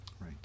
Right